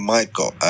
Michael